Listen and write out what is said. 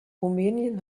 rumänien